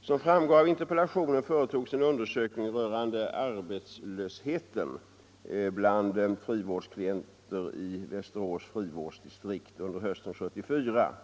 Som framgår av interpellationen företogs en undersökning rörande arbetslösheten bland frivårdsklienter i Västerås frivårdsdistrikt under hösten 1974.